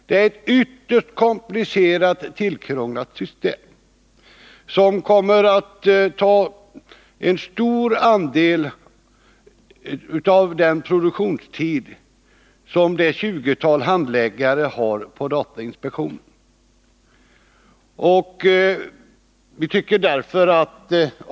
Det system som föreslås är komplicerat och tillkrånglat och kommer att ta i anspråk en stor del av produktionstiden för det tjugotal handläggare som finns på datainspektionen.